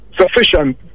sufficient